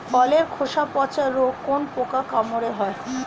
ফলের খোসা পচা রোগ কোন পোকার কামড়ে হয়?